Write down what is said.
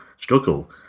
struggle